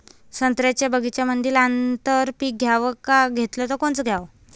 संत्र्याच्या बगीच्यामंदी आंतर पीक घ्याव का घेतलं च कोनचं घ्याव?